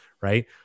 right